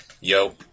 Yo